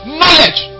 knowledge